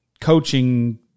coaching